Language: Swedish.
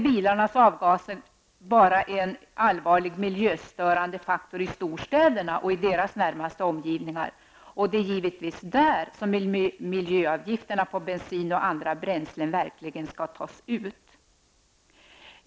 Bilarnas avgaser är en allvarligt miljöstörande faktor bara i storstäderna och deras närmaste omgivningar, och det är givetvis där som miljöavgifter på bensin och andra bränslen verkligen skall tas ut.